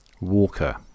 Walker